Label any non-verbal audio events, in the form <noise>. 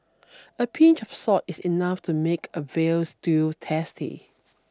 <noise> a pinch of salt is enough to make a Veal Stew tasty